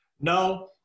No